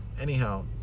anyhow